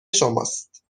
شماست